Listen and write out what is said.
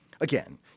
again